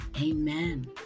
Amen